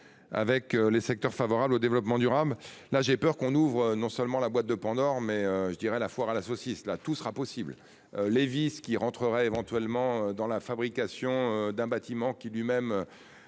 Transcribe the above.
Avec les secteurs favorables au développement durable. Là j'ai peur qu'on ouvre, non seulement la boîte de Pandore. Mais je dirais la foire à la saucisse là tout sera possible Lewis qui rentrerait éventuellement dans la fabrication d'un bâtiment qui lui même.